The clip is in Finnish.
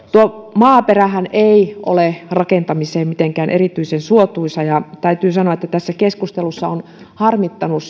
maaperähän ei ole rakentamiseen mitenkään erityisen suotuisaa ja täytyy sanoa että tässä keskustelussa on harmittanut